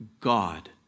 God